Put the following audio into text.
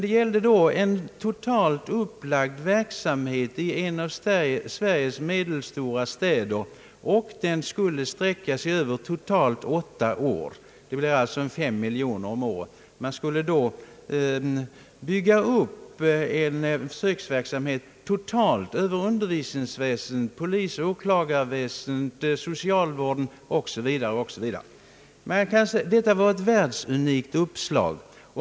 Det gällde emellertid en totalt upplagd verksamhet i en av Sveriges medelstora städer och den skulle sträcka sig över åtta år. Det blir alltså cirka 5 miljoner kronor om året. Meningen var att bygga upp en försöksverksamhet över undervisningsväsendet, polisoch åklagarväsendet, socialvården m.m. Detta var ett världsunikt uppslag.